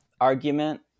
argument